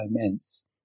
immense